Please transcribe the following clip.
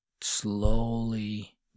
slowly